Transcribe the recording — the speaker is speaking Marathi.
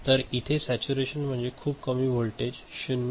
तर इथे सॅच्यूरेशन म्हणजे खूप कमी व्होल्टेज 0